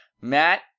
Matt